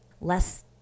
less